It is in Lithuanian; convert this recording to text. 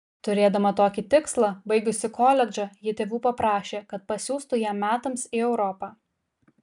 turėdama tokį tikslą baigusi koledžą ji tėvų paprašė kad pasiųstų ją metams į europą